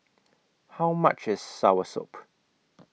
How much IS Soursop